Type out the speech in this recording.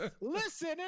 Listen